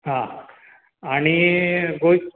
आं आनी गोंय